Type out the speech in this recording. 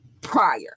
prior